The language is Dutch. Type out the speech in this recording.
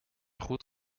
goed